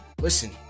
listen